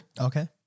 Okay